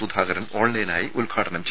സുധാകരൻ ഓൺലൈനായി ഉദ്ഘാടനം ചെയ്യും